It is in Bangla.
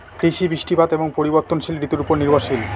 কৃষি বৃষ্টিপাত এবং পরিবর্তনশীল ঋতুর উপর নির্ভরশীল